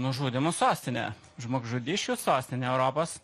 nužudymų sostinė žmogžudysčių sostinė europos